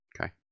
Okay